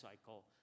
cycle